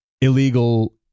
illegal